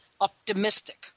optimistic